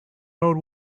old